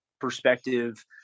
perspective